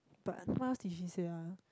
but what else did she say ah